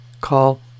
Call